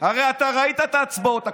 הרי אתה ראית את ההצבעות הכפולות.